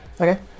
Okay